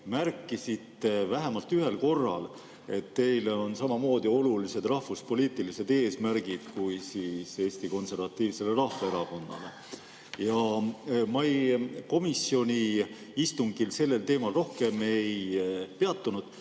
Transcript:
märkisite vähemalt ühel korral, et teile on samamoodi olulised rahvuspoliitilised eesmärgid kui Eesti Konservatiivsele Rahvaerakonnale. Ja ma komisjoni istungil sellel teemal rohkem ei peatunud.